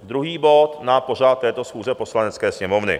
Druhý bod na pořad této schůze Poslanecké sněmovny.